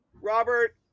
Robert